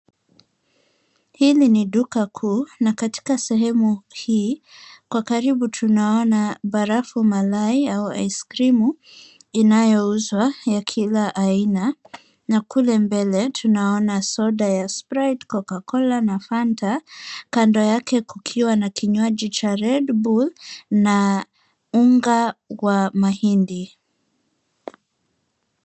Hili ni duka juu na katika sehemu hii kwa karibu tunaona barafu malai au ice krimu inayouzwa kwa kila aina na kule mbele tunaona soda ya sprite, Coca-Cola na Fanta kando Yake kukiwa na kinywaji cha red bull na mahindi.